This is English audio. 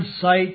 sight